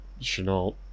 Chenault